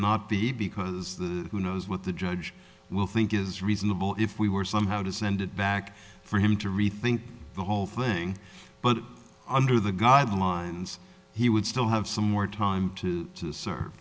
not be because the who knows what the judge will think is reasonable if we were somehow to send it back for him to rethink the whole thing but under the guidelines he would still have some more time to serve